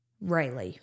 Rayleigh